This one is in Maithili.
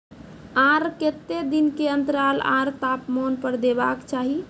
आर केते दिन के अन्तराल आर तापमान पर देबाक चाही?